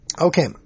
okay